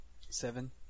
Seven